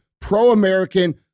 pro-American